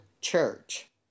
Church